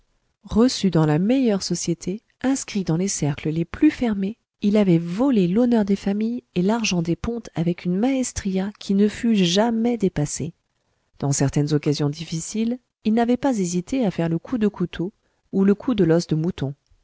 reçu dans la meilleure société inscrit dans les cercles les plus fermés il avait volé l'honneur des familles et l'argent des pontes avec une maëstria qui ne fut jamais dépassée dans certaines occasions difficiles il n'avait pas hésité à faire le coup de couteau ou le coup de l'os de mouton